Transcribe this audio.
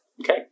okay